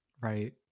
Right